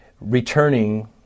returning